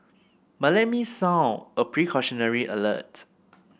but let me sound a precautionary alert